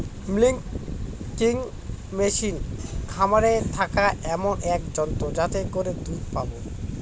milking machine খামারে থাকা এমন এক যন্ত্র যাতে করে দুধ পাবো